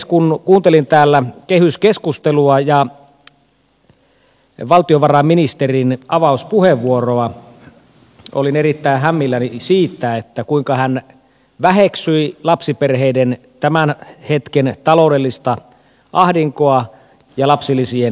kun kuuntelin täällä kehyskeskustelua ja valtiovarainministerin avauspuheenvuoroa olin erittäin hämilläni siitä kuinka hän väheksyi lapsiperheiden tämän hetken taloudellista ahdinkoa ja lapsilisien leikkausta